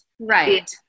Right